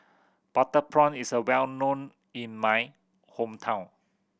butter prawn is a well known in my hometown